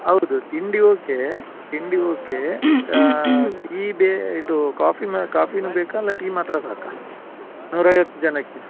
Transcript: ಹೌದು ತಿಂಡಿ ಓಕೆ ತಿಂಡಿ ಓಕೆ ಟೀ ಬೇ ಇದು ಕಾಫಿ ಮ ಕಾಫಿನೂ ಬೇಕಾ ಅಲ್ಲ ಟೀ ಮಾತ್ರ ಸಾಕ ನೂರೈವತ್ತು ಜನಕ್ಕೆ